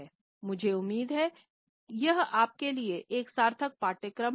मुझे उम्मीद है कि यह आपके लिए एक सार्थक पाठ्यक्रम रहा है